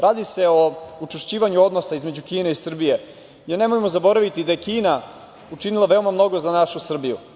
Radi se o učvršćivanju odnosa između Kine i Srbije jer nemojmo zaboraviti da je Kina učinila veoma mnogo za našu Srbiju.